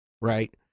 right